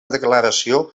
declaració